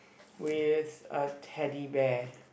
with a Teddy Bear